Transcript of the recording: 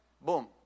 boom